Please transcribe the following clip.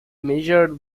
measured